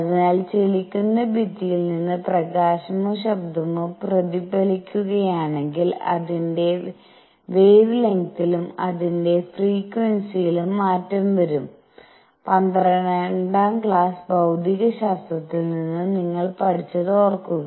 അതിനാൽ ചലിക്കുന്ന ഭിത്തിയിൽ നിന്ന് പ്രകാശമോ ശബ്ദമോ പ്രതിഫലിക്കുകയാണെങ്കിൽ അതിന്റെ വെവേലെങ്ത്തിലും അതിന്റെ ഫ്രക്വൻസിയിലും മാറ്റം വരുന്നു പന്ത്രണ്ടാം ക്ലാസ് ഭൌതികശാസ്ത്രത്തിൽ നിന്ന് നിങ്ങൾ പഠിച്ചത് ഓർക്കുക